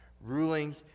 ruling